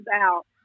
out